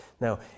Now